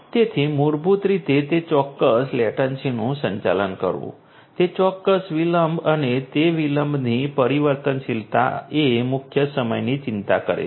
તેથી મૂળભૂત રીતે તે ચોક્કસ લેટન્સી નું સંચાલન કરવું તે ચોક્કસ વિલંબ અને તે વિલંબની પરિવર્તનશીલતા એ મુખ્ય સમયની ચિંતા કરે છે